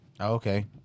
Okay